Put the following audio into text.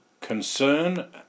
concern